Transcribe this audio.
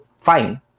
fine